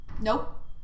Nope